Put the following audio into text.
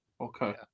Okay